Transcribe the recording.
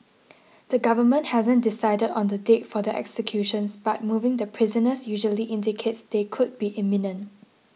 the government hasn't decided on the date for the executions but moving the prisoners usually indicates they could be imminent